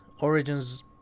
Origins